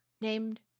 named